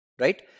Right